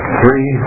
three